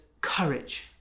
courage